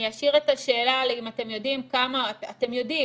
אני אשאיר את השאלה אם אתם יודעים כמה אתם יודעים,